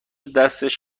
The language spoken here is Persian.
دستش